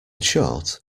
short